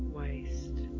waste